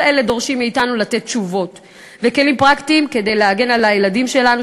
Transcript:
כל אלה דורשים מאתנו לתת תשובות וכלים פרקטיים כדי להגן על הילדים שלנו,